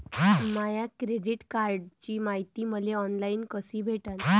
माया credit कार्डची मायती मले ऑनलाईन कसी भेटन?